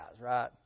right